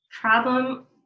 problem